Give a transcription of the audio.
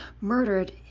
murdered